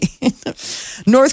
North